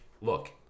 Look